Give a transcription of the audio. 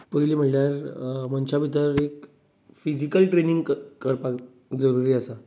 पयली म्हणल्यार मनशा भितर एक फिजिकल ट्रेनींग करपाक जरूरी आसा